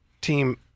team